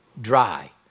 dry